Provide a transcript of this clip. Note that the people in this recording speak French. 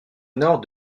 nord